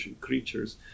creatures